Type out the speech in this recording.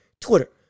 Twitter